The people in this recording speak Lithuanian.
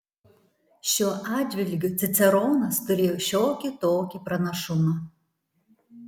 šiuo atžvilgiu ciceronas turėjo šiokį tokį pranašumą